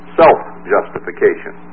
self-justification